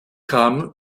kam